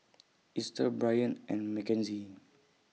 Esta Brion and Mckenzie